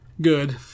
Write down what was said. Good